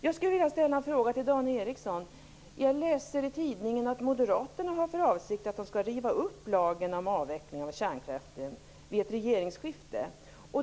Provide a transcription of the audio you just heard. Jag läser i tidningen att Moderaterna har för avsikt att riva upp lagen om avveckling om kärnkraften vid ett regeringsskifte.